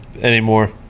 anymore